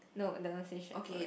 no the station for it